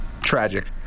Tragic